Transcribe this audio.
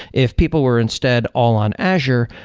if people were instead all on azure,